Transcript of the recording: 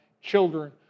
children